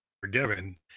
forgiven